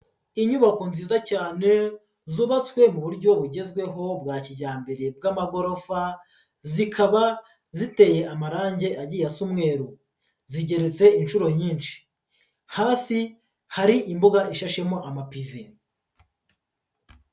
Inyubako nziza cyane zubatswe mu buryo bugezweho bwa kijyambere bw'amagorofa, zikaba ziteye amarange agiye asa umweru, zigeretse inshuro nyinshi, hasi, hari imbuga ishashemo amapive.